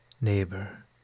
neighbor